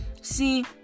see